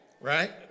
Right